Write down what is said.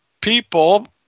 people